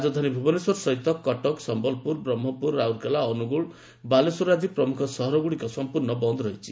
ରାଜଧାନୀ ଭୁବନେଶ୍ୱର ସହିତ କଟକ ସମ୍ଭଲପୁର ବ୍ରହ୍ମପୁର ରାଉରକେଲା ଅନୁଗୁଳ ବାଲେଶ୍ୱର ଆଦି ପ୍ରମୁଖ ସହରଗୁଡ଼ିକ ସମ୍ପର୍ଷ ବନ୍ଦ୍ ରହିଛି